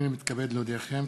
הנני מתכבד להודיעכם,